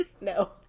no